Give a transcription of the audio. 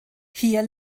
hier